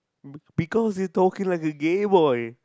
because he talking like a gay boy